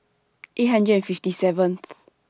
eight hundred and fifty seventh